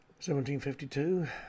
1752